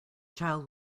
child